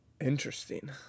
Interesting